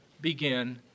begin